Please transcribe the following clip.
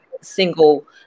single